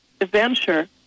adventure